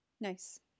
Nice